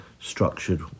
structured